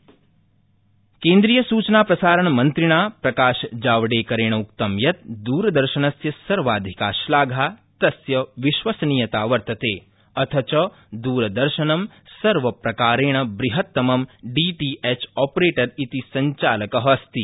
जावड़ेकर केन्द्रियसूचनाप्रसारणमन्त्रिणा प्रकाशजावडेकरेण उक्तं यत् द्रदर्शनस्य सर्वाधिका श्लाघा तस्य विश्वसनीयता वर्तते अथ च द्रदर्शनं सर्वप्रकारेण बृहत्तमं डी टी एच ऑपरेटर क्रि सब्चालकं अस्ति